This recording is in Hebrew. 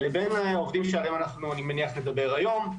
לבין העובדים שעליהם אני מניח שנדבר היום,